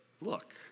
look